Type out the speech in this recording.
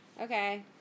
Okay